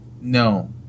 No